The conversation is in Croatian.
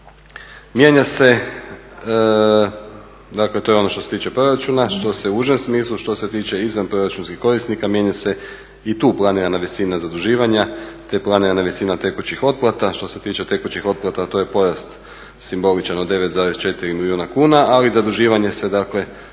Mijenja se, dakle to je ono što se tiče proračuna, što se u užem smislu. Što se tiče izvanproračunskih korisnika mijenja se i tu planirana visina zaduživanja, te planirana visina tekućih otplata. Što se tiče tekućih otplata to je pojas simboličan od 9,4 milijuna kuna, ali zaduživanje se dakle